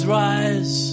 rise